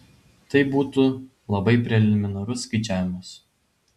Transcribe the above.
tai būtų labai preliminarus skaičiavimas